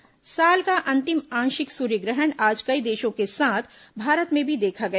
सूर्य ग्रहण साल का अंतिम आंशिक सूर्य ग्रहण आज कई देशों के साथ भारत में भी देखा गया